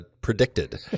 predicted